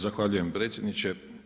Zahvaljujem predsjedniče.